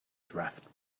draft